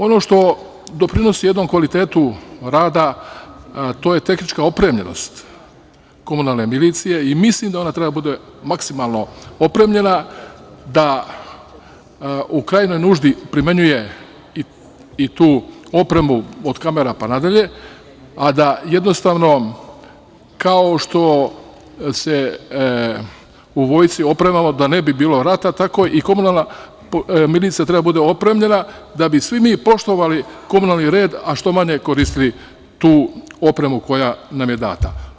Ono što doprinosi jednom kvalitetu rada, to je tehnička opremljenost komunalne milicije i mislim da ona treba da bude maksimalno opremljena da u krajnjoj nuždi primenjuje i tu opremu od kamera pa nadalje, a da jednostavno kao što se u vojsci opremamo da ne bi bilo rata tako i komunalna milicija treba da bude opremljena da bi svi mi poštovali komunalni red, a što manje koristili tu opremu koja nam je data.